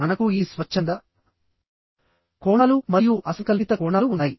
మనకు ఈ స్వచ్ఛంద కోణాలు మరియు అసంకల్పిత కోణాలు ఉన్నాయి